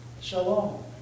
shalom